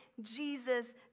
Jesus